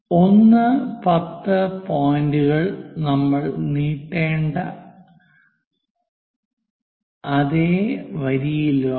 1 10 പോയിൻറുകൾ നമ്മൾനീട്ടേണ്ട അതേ വരിയിലാണ്